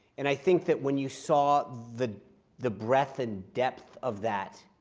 and i think that when you saw the the breadth and depth of that